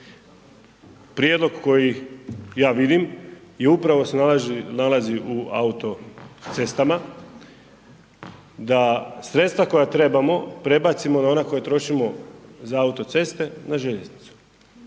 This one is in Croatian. Prijedlog koji ja vidim i upravo se nalazi u autocestama, da sredstva koja trebamo prebacimo na onda koja trošimo za autoceste na željeznicu.